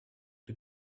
the